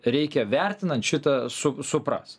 reikia vertinant šitą su supras